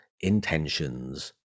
intentions